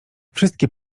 wszystkie